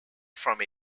from